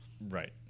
Right